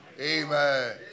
Amen